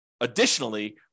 additionally